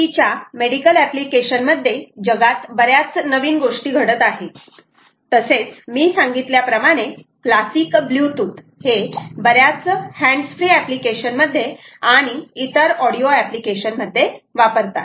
BLE च्या medical application मध्ये जगात बऱ्याच नवीन गोष्टी घडत आहे तसेच मी सांगितल्याप्रमाणे क्लासिक ब्लूटूथ हे बऱ्याच हॅन्ड्स फ्री एप्लीकेशन मध्ये आणि इतर ऑडिओ एप्लीकेशन मध्ये वापरतात